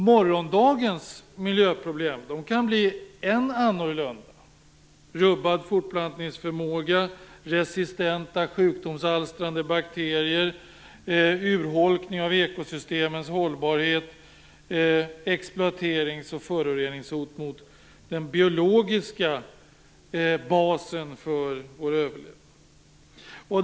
Morgondagens hot kan bli än mer annorlunda: rubbad fortplantningsförmåga, resistenta sjukdomsalstrande bakterier, utholkning av ekosystemens hållbarhet, exploaterings och föroreningshot mot den biologiska basen för vår överlevnad.